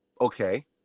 Okay